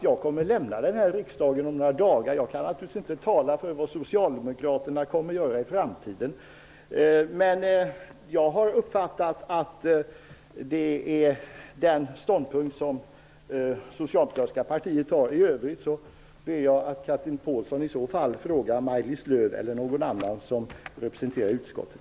Jag kommer dock att lämna riksdagen om några dagar och kan naturligtvis inte tala för vad Socialdemokraterna kommer att göra i framtiden. Men jag har uppfattat det som att detta är den ståndpunkt som det socialdemokratiska partiet intar. I övrigt ber jag Chatrine Pålsson att fråga Maj-Lis Lööw eller någon annan som representerar utskottet.